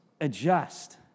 adjust